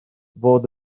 fod